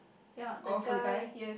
ya the guy